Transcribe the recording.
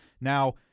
Now